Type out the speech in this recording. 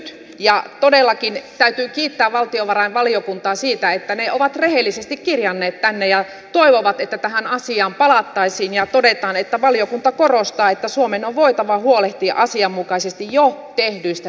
ja todellakin täytyy kiittää valtiovarainvaliokuntaa siitä että he ovat rehellisesti kirjanneet tämän tänne ja toivovat että tähän asiaan palattaisiin ja todetaan että valiokunta korostaa että suomen on voitava huolehtia asianmukaisesti jo tehdyistä sitoumuksistaan